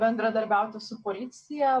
bendradarbiauti su policija